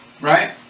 Right